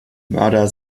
mörder